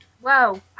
Whoa